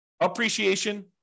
appreciation